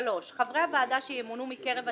3. חברי הוועדה שימונו מקרב הציבור,